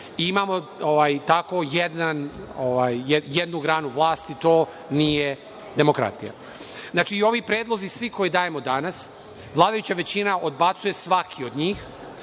Imamo jednu granu vlasti. To nije demokratija. Znači, sve ove predloge koje dajemo danas, vladajuća većina odbacuje svaki od njih,